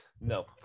No